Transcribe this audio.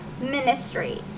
ministry